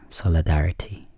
solidarity